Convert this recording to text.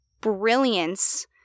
brilliance